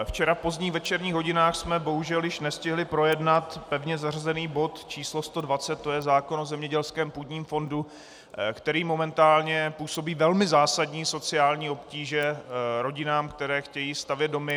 Včera v pozdních večerních hodinách jsme bohužel již nestihli projednat pevně zařazený bod č. 120, což je zákon o zemědělském půdním fondu, který momentálně působí velmi zásadní sociální obtíže rodinám, které chtějí stavět domy.